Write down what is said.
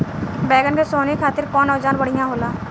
बैगन के सोहनी खातिर कौन औजार बढ़िया होला?